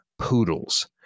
poodles